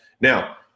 Now